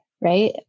Right